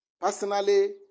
personally